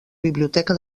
biblioteca